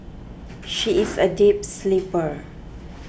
she is a deep sleeper